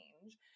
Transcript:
change